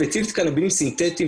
קנבינואיד סינתטי,